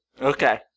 Okay